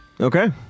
Okay